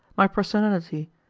my personality,